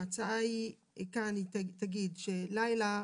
ההצעה כאן היא תגיד שלילה,